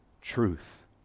truth